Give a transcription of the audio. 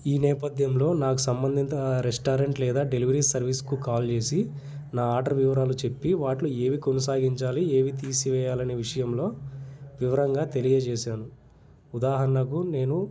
ఈ నేపథ్యంలో నాకు సంబంధితా రెస్టారెంట్ లేదా డెలివరీ సర్వీస్కు కాల్ చేసి నా ఆర్డర్ వివరాలు చెప్పి వాటిలో ఏవి కొనసాగించాలి ఏవి తీసివేయాలనే విషయంలో వివరంగా తెలియజేశాను ఉదాహరణకు నేను